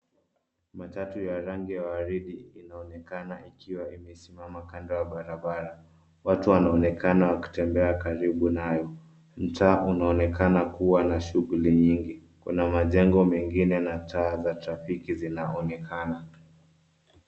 Matatu ya rangi ya waridi inaonekana ikiwa imesimama kando ya barabara. Watu wanaonekana wakitembea karibu nayo. Mtaa unaonekana kuwa na shughuli nyingi. Kuna majengo mengine na taa za trafiki zinaonekana.